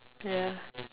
ya